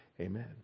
Amen